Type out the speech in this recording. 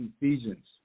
Ephesians